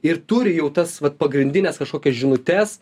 ir turi jau tas vat pagrindines kašokias žinutes